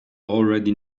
already